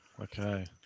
Okay